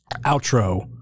outro